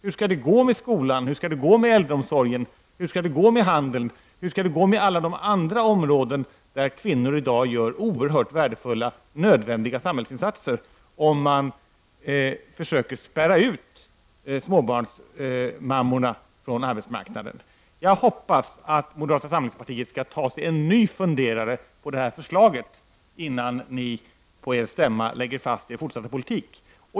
Hur skall det gå med skolan, med äldreomsorgen, med handeln och med alla de andra områden där kvinnor i dag gör oerhört värdefulla och nödvändiga samhällsinsatser, om man försöker spärra ut småbarnsmammorna från arbetsmarknaden? Jag hoppas att moderata samlingspartiet skall ta sig en ny funderare på det här förslaget innan man på sin stämma lägger fast sin fortsatta politik.